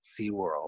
SeaWorld